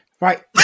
Right